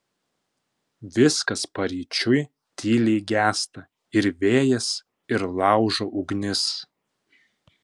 viskas paryčiui tyliai gęsta ir vėjas ir laužo ugnis